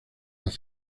las